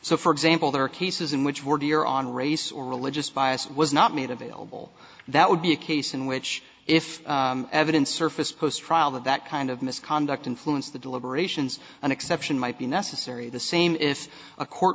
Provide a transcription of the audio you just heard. so for example there are cases in which word you're on race or religious bias was not made available that would be a case in which if evidence surfaced post trial that that kind of misconduct influenced the deliberations an exception might be necessary the same if a court